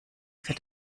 für